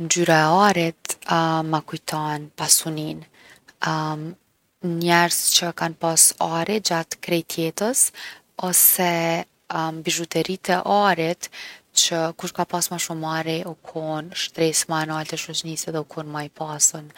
Ngjyra e arit ma kujton pasuninë. Njerzt që kanë pas ari gjatë krejt jetës ose bizhuteritë e arit që kush ka pas ma shumë ari u kon shtresë ma e nalt e shoqnisë edhe u kon ma i pasun.